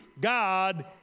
god